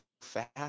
fast